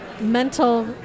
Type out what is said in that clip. mental